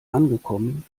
angekommen